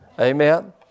amen